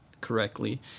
correctly